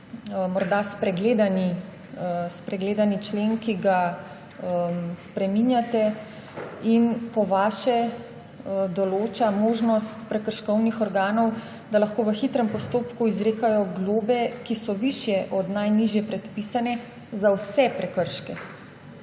morda spregledani člen, ki ga spreminjate in po vašem določa možnost prekrškovnih organov, da lahko v hitrem postopku izrekajo globe, ki so višje od najnižje predpisane, za vse prekrške,